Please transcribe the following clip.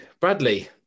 Bradley